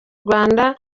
rwanda